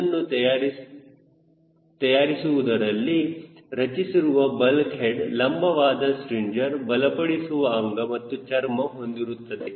ಇದನ್ನು ತಯಾರಿಸುವುದರಲ್ಲಿ ರಚಿಸಿರುವ ಬಲ್ಕ್ ಹೆಡ್ ಲಂಬವಾದ ಸ್ಟ್ರಿಂಜರ್ ಬಲಪಡಿಸುವ ಅಂಗ ಮತ್ತು ಚರ್ಮ ಹೊಂದಿರುತ್ತದೆ